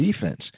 defense